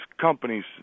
companies